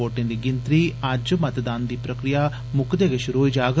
वोटें गी गिनत्री अज्ज गै मतदान दी प्रक्रिया मुक्कदे गै शुरू होई जाग